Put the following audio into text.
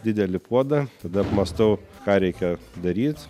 didelį puodą tada mąstau ką reikia daryt